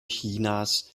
chinas